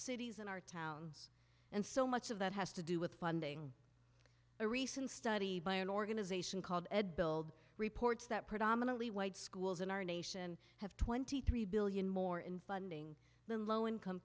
cities and our towns and so much of that has to do with funding a recent study by an organization called ed build reports that predominantly white schools in our nation have twenty three billion more in funding than low income